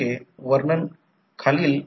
4 weber पर metre square देण्यात आली आहे